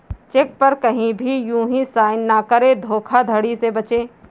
check पर कहीं भी यू हीं साइन न करें धोखाधड़ी से बचे